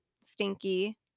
stinky